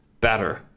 better